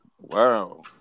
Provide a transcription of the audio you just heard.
wow